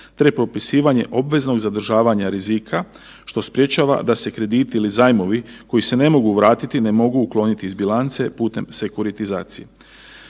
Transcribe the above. te propisivanje obveznog zadržavanja rizika što sprečava da se krediti ili zajmovi koji se ne mogu vratiti, ne mogu ukloniti iz bilance putem sekuritizacije.